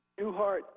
Newhart